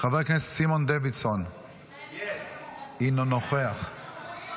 חבר הכנסת סימון דוידסון הינו נוכח.